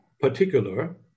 particular